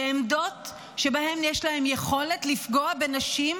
בעמדות שבהן יש להם יכולת לפגוע בנשים,